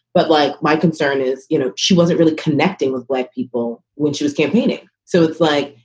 but like my concern is, you know, she wasn't really connecting with black people when she was campaigning. so it's like,